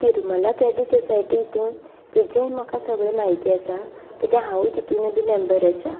Tirumala credit society हितून ताजेंय म्हाका सगलें माहिती आसा किद्या हांव तितूनय बी मेंबर आसा